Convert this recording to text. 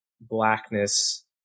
blackness